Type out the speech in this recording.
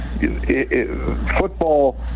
Football